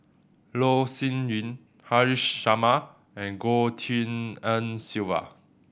Loh Sin Yun Haresh Sharma and Goh Tshin En Sylvia